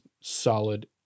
solid